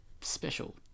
special